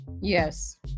Yes